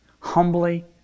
Humbly